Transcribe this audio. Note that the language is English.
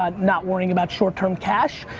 ah not worrying about short-term cash.